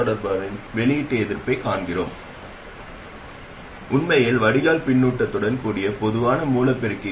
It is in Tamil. டிரான்சிஸ்டர் அதேசமயம் இது அசல் பொதுவான மூல பெருக்கி